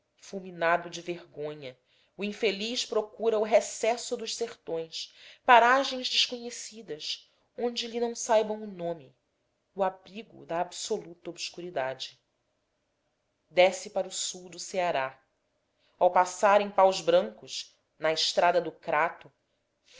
fulminado de vergonha o infeliz procura o recesso dos sertões paragens desconhecidas onde lhe não saibam o nome o abrigo da absoluta obscuridade desce para o sul do ceará ao passar em paus brancos na estrada do crato